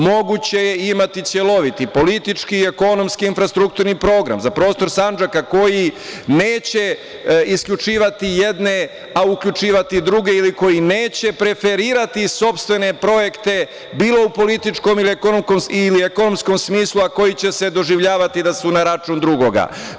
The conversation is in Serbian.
Moguće je imati celoviti politički, ekonomski i infrastrukturni program za prostor Sandžaka koji neće isključivati jedne a uključivati druge ili koji neće preferirati sopstvene projekte, bilo u političkom ili ekonomskom smislu, a koji će se doživljavati da su na račun drugoga.